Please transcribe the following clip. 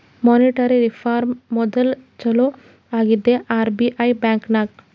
monetary reform module ಚಾಲೂ ಆಗಿದ್ದೆ RBI ಬ್ಯಾಂಕ್ನಾಗ್